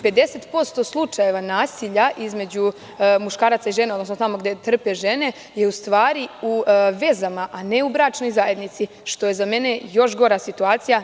Pedeset posto slučajeva nasilja između muškaraca i žena, odnosno tamo gde trpe žene, je u stvari u vezama, a ne u bračnoj zajednici, što je za mene još gora situacija.